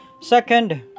Second